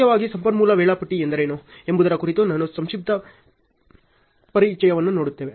ಮುಖ್ಯವಾಗಿ ಸಂಪನ್ಮೂಲ ವೇಳಾಪಟ್ಟಿ ಎಂದರೇನು ಎಂಬುದರ ಕುರಿತು ನಾನು ಸಂಕ್ಷಿಪ್ತ ಪರಿಚಯವನ್ನು ನೀಡುತ್ತೇನೆ